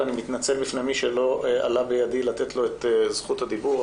ואני מתנצל בפני מי שלא עלה בידי לתת לו את זכות הדיבור,